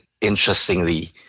interestingly